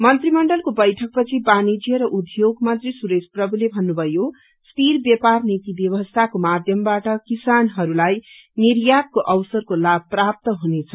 मन्त्रिमण्डलको बैठक पछि वाणिज्य र उद्योग मन्त्री सुरेश प्रमुले भन्नुभयो स्थिर ब्यपार नीति व्यवस्थाको माध्यमबाट किसानहरूलाई निर्यातको अवसरको लाभ प्राप्त हुनेछ